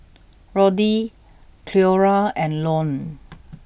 Roddy Cleora and Lone